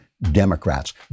Democrats